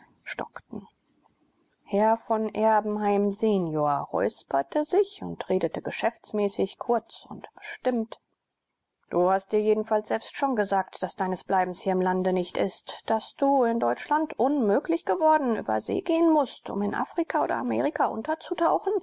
stockten herr von erbenheim senior räusperte sich und redete geschäftsmäßig kurz und bestimmt du hast dir jedenfalls selbst schon gesagt daß deines bleibens hier im lande nicht ist daß du in deutschland unmöglich geworden über see gehen mußt um in afrika oder amerika unterzutauchen